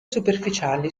superficiali